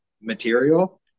material